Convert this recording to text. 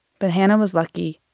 but hana was lucky.